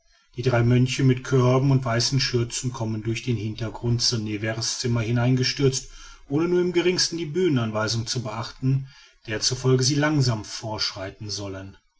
die drei mönche mit körben und weißen schürzen kommen durch den hintergrund von nevers zimmer hereingestürzt ohne nur im geringsten die bühnenanweisung zu beachten der zufolge sie langsam vorschreiten sollen